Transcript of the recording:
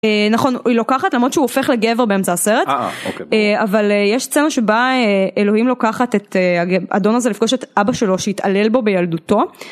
נכון, היא לוקחת למרות שהוא הופך לגבר באמצע הסרט, אבל יש סצנה שבה אלוהים לוקחת את האדון הזה לפגוש את אבא שלו שהתעלל בו בילדותו.